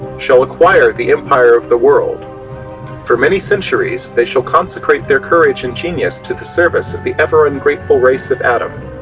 shall acquire the empire of the world for many centuries they shall consecrate their courage and genius to the service of the ever ungrateful race of adam,